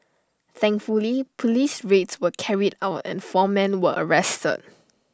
thankfully Police raids were carried out and four men were arrested